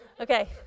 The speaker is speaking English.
Okay